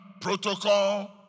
protocol